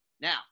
Now